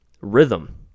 rhythm